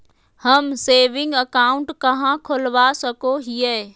हम saving account कहाँ खोलवा सको हियै?